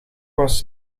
was